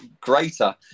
greater